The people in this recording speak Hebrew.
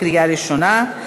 קריאה ראשונה.